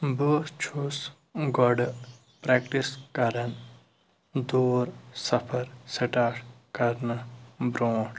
بہٕ چھُس گۄڈٕ پرٛیٚکٹِس کران دوٗر سفر سِٹارٹ کَرنہٕ برٛونٛٹھ